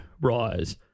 rise